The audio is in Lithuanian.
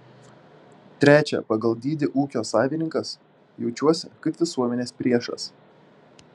trečio pagal dydį ūkio savininkas jaučiuosi kaip visuomenės priešas